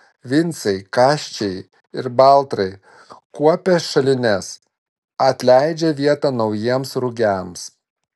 vincai kasčiai ir baltrai kuopia šalines atleidžia vietą naujiems rugiams